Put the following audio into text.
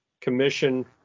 commission